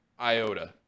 iota